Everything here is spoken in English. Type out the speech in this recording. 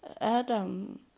Adam